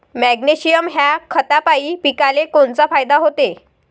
Magnesium ह्या खतापायी पिकाले कोनचा फायदा होते?